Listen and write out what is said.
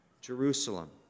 Jerusalem